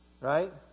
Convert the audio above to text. Right